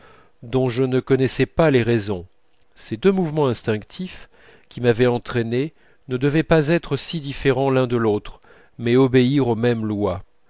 dont je ne connaissais pas les raisons ces deux mouvements instinctifs qui m'avaient entraîné ne devaient pas être si différents l'un de l'autre mais obéir aux mêmes lois